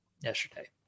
yesterday